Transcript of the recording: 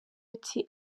ati